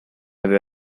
idea